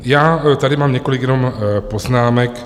Já tady mám několik poznámek.